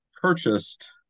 purchased